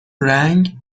رنگ